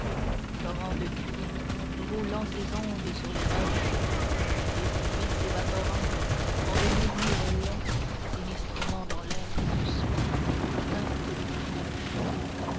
torrent de cris roulant ses ondes sur les roches et puis s'évaporant en de murmures longs sinistrement dans l'air du soir tintent les cloches